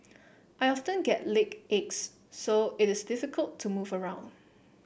I often get leg aches so it is difficult to move around